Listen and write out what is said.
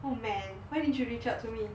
oh man why didn't you reach out to me